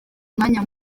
umwanya